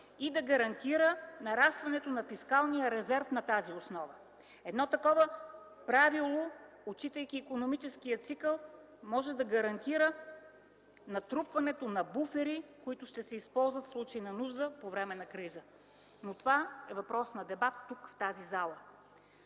и да гарантира нарастването на фискалния резерв на тази основа. Едно такова правило, отчитайки икономическия цикъл, може да гарантира натрупването на буфери, които ще се използват в случай на нужда по време на криза, но това е въпрос на дебат тук, в тази зала.